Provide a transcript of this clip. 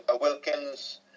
Wilkins